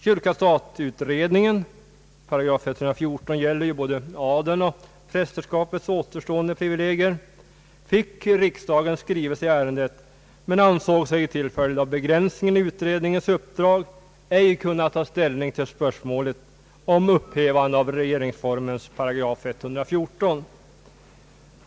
Kyrka—stat-utredningen — 114 § gäller ju både adelns och prästerskapets återstående privilegier — fick riksdagens skrivelse i ärendet men ansåg sig till följd av begränsningen i utredningens uppdrag ej kunna ta ställning till spörsmålet om upphävande av regeringsformens 114 §.